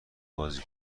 بازی